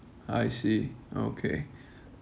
I see okay